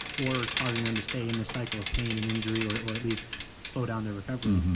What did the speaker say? or causing them to stay in this cycle of pain and injury, or or at least slow down their recovery.